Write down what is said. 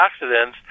antioxidants